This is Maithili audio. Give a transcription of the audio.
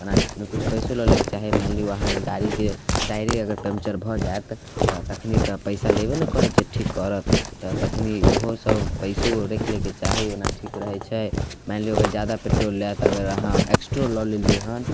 ओना किछु पइसो लऽ लैके चाही मानि लिऔ अहाँके गाड़ीके टायरे अगर पञ्चर भऽ जाएत तऽ तखन तऽ पइसा लेबे ने करत जे ठीक करत तऽ तखन इहोसब पइसो रखि लैके चाही ओना ठीक रहै छै मानि लिऔ अगर जादा पेट्रोल लैत अगर अहाँ एक्स्ट्रो लऽ लेलिए हँ